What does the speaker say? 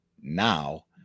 now